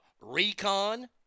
recon